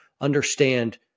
understand